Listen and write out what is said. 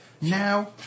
Now